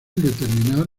determinar